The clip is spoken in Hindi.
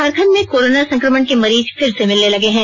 झारखण्ड में कोरोना संकमण के मरीज फिर से मिलने लगे हैं